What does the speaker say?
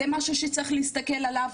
זה משהו שצריך להסתכל עליו,